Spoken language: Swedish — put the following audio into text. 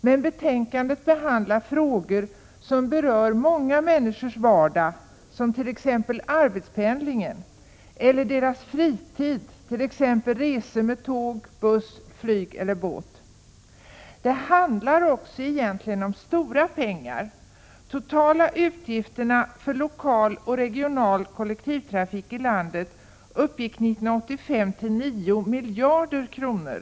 Men i betänkandet behandlas frågor som berör många människors vardag, t.ex. frågor om arbetspendlingen eller människors fritid. Det kan gälla resor med tåg, buss, flyg eller båt. Egentligen handlar det också om stora pengar. De totala utgifterna för lokal och regional kollektivtrafik i landet uppgick 1985 till 9 miljarder kronor.